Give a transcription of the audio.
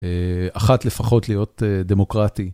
אחת לפחות להיות דמוקרטי.